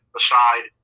aside